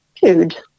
food